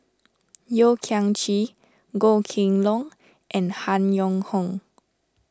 Yeo Kian Chye Goh Kheng Long and Han Yong Hong